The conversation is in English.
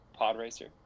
Podracer